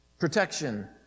Protection